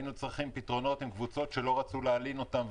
היינו צריכים למצוא פתרונות לקבוצות שלא רצו להלין אותם.